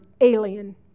alien